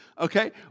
Okay